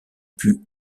put